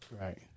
right